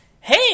Hey